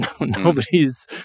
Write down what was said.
Nobody's